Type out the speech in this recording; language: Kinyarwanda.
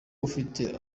ufite